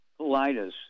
colitis